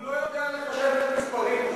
הוא לא יודע לחשב מספרים פשוט.